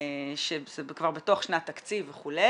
שזה כבר בתוך שנת תקציב וכו'.